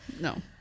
No